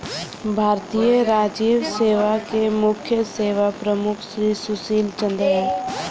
भारतीय राजस्व सेवा के मुख्य सेवा प्रमुख श्री सुशील चंद्र हैं